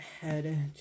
head